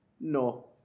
no